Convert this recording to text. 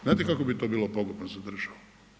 Znate kako bi to bilo pogubno za državu?